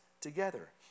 together